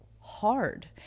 hard